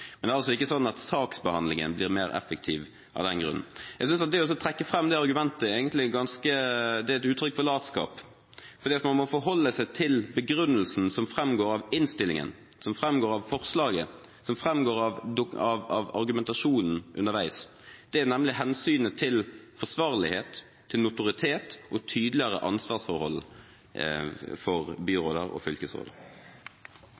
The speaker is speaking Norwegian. Men det er ikke slik at saksbehandlingen blir mer effektiv av den grunn. Jeg synes at å trekke fram det argumentet egentlig er et uttrykk for latskap, for man må forholde seg til begrunnelsen som framgår av innstillingen, som framgår av forslaget, som framgår av argumentasjonen underveis. Det er nemlig hensynet til forsvarlighet, til notoritet og tydeligere ansvarsforhold for byrådet og